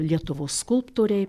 lietuvos skulptoriai